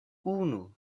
unu